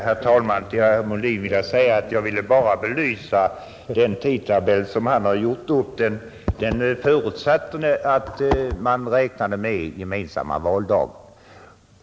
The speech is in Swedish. Herr talman! Till herr Molin vill jag säga att jag bara ville belysa den tidtabell som han har gjort upp. Den förutsatte att man räknade med gemensam valdag.